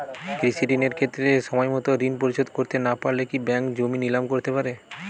কৃষিঋণের ক্ষেত্রে সময়মত ঋণ পরিশোধ করতে না পারলে কি ব্যাঙ্ক জমি নিলাম করতে পারে?